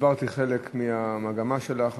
הסברתי חלק מהמגמה שלך עכשיו.